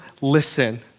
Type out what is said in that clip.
listen